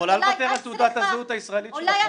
את אולי --- את יכולה לוותר על תעודת הזהות הישראלית שלך,